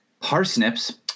Parsnips